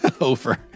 over